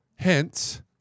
Hence